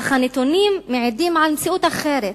אך הנתונים מעידים על מציאות אחרת.